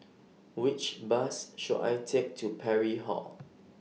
Which Bus should I Take to Parry Hall